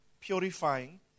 purifying